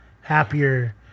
happier